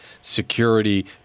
security